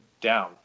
down